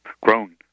grown